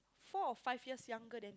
four or five years younger than